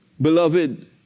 Beloved